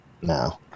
No